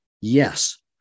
yes